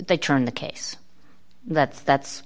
they turn the case that that's